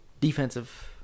Defensive